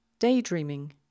Daydreaming